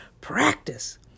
Practice